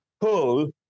pull